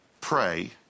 pray